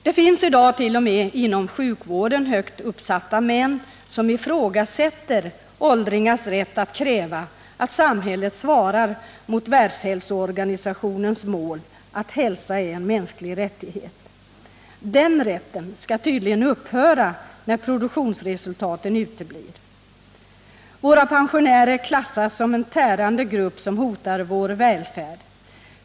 Det finns i dag t.o.m. inom sjukvården högt uppsatta män som ifrågasätter åldringars rätt att kräva att samhället svarar mot Världshälsoorganisationens mål att ”hälsa är en mänsklig rättighet”. Den rätten skall tydligen upphöra när produktionsresultaten uteblir. Våra pensionärer klassas som en tärande grupp som hotar vår välfärd.